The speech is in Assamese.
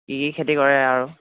কি কি খেতি কৰে আৰু